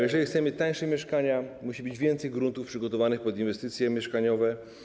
Jeżeli chcemy tańszych mieszkań, musi być więcej gruntów przygotowanych pod inwestycje mieszkaniowe.